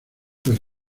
tras